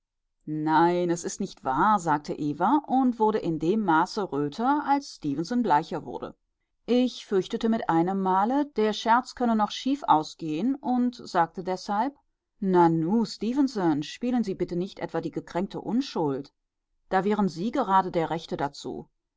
nein es ist nicht wahr sagte eva und wurde in dem maße röter als stefenson bleicher wurde ich fürchtete mit einem male der scherz könne noch schief ausgehen und sagte deshalb nanu stefenson spielen sie bitte nicht etwa die gekränkte unschuld da wären sie gerade der rechte dazu